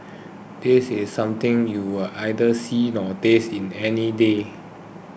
this is something you'll neither see nor taste any day